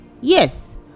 Yes